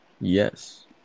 Yes